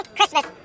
Christmas